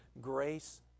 grace